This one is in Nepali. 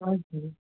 हजुर